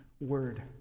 word